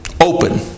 open